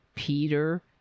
Peter